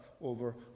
over